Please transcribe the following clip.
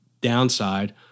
downside